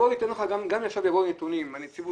אפשר לראות נתונים של הנציבות.